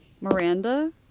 Miranda